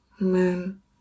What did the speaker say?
Amen